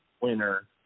winner